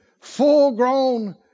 full-grown